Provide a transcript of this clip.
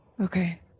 Okay